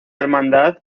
hermandad